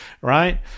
right